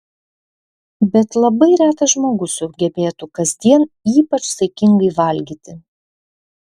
bet labai retas žmogus sugebėtų kasdien ypač saikingai valgyti